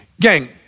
Gang